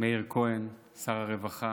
מאיר כהן, שר הרווחה,